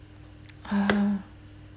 ah